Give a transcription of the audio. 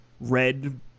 red